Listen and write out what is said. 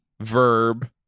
verb